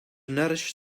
nourish